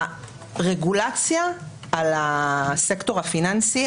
הרגולציה על הסקטור הפיננסי.